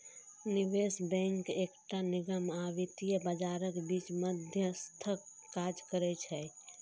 निवेश बैंक एकटा निगम आ वित्तीय बाजारक बीच मध्यस्थक काज करै छै